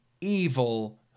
evil